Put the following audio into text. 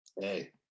hey